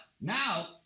Now